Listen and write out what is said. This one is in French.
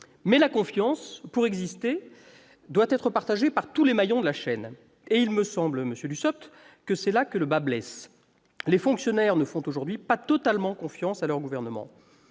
Mais la confiance, pour exister, doit être partagée par tous les maillons de la chaîne. Il me semble, monsieur Dussopt, que c'est là que le bât blesse. Les fonctionnaires ne font aujourd'hui pas totalement confiance à leur gouvernement.